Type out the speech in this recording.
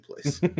place